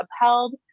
upheld